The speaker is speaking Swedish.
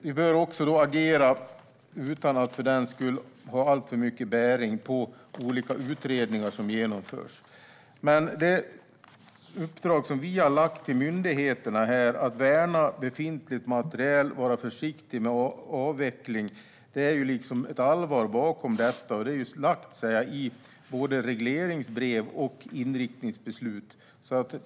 Vi bör också agera utan att det för den skull har alltför mycket bäring på olika utredningar som genomförs. Men det uppdrag som vi har lagt på myndigheterna är att värna befintlig materiel och vara försiktig med avveckling. Det ligger ett allvar bakom detta, och det är inlagt i både regleringsbrev och inriktningsbeslut.